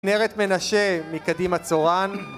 כנרת מנשה מקדימה-צורן